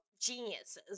geniuses